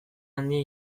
handia